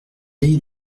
les